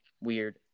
Weird